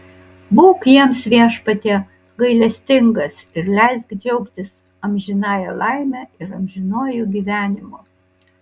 būk jiems viešpatie gailestingas ir leisk džiaugtis amžinąja laime ir amžinuoju gyvenimu